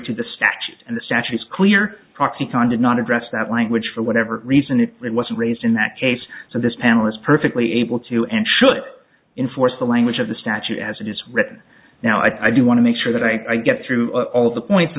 to the statute and the statutes clear proxy can do not address that language for whatever reason it was raised in that case so this panel is perfectly able to and should enforce the language of the statute as it is written now i do want to make sure that i get through all the points in